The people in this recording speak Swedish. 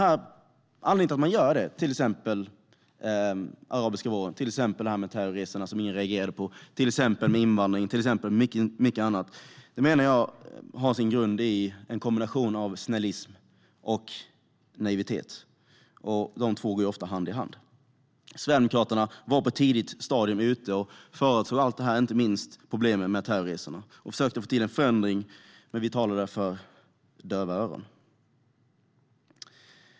Anledningen till att man gjorde det med den arabiska våren, och till exempel terrorresorna som ingen reagerade på, invandringen och mycket annat, menar jag har sin grund i en kombination av snällism och naivitet. De två går ofta hand i hand. Sverigedemokraterna förutsåg på ett tidigt stadium allt detta. Det gäller inte minst problemen med terrorresorna. Vi försökte få till en förändring, men vi talade för döva öron.